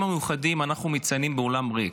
המיוחדים אנחנו מציינים באולם ריק.